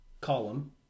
column